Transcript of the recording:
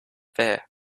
fear